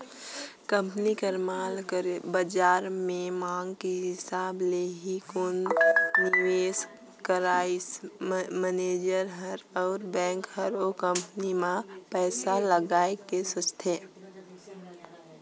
company कर माल कर बाजार में मांग के हिसाब ले ही कोनो निवेस करइया मनइसे हर अउ बेंक हर ओ कंपनी में पइसा लगाए के सोंचथे